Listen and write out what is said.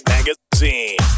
Magazine